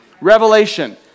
Revelation